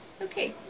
Okay